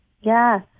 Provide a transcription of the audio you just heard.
Yes